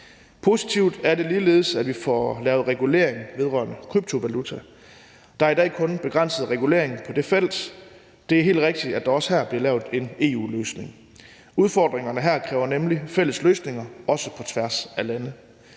Positivt er det ligeledes, at vi får lavet regulering vedrørende kryptovaluta. Der er i dag kun begrænset regulering på det felt. Det er helt rigtigt, at der også her bliver lavet en EU-løsning. Udfordringerne her kræver nemlig fælles løsninger på tværs af lande,